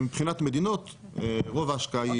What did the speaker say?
לטובת השקיפות.